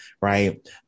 right